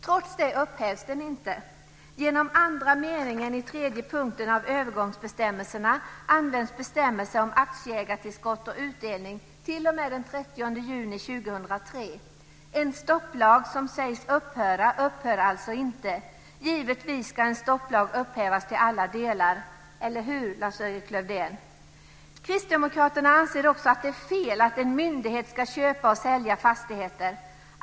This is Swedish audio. Trots det upphävs den inte. Genom andra meningen i 3 den 30 juni 2003. En stopplag som sägs upphöra upphör alltså inte. Givetvis ska en stopplag upphävas till alla delar. Eller hur, Lars-Erik Lövdén? Kristdemokraterna anser också att det är fel att en myndighet ska köpa och sälja fastigheter.